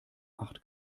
acht